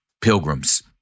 pilgrims